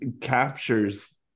captures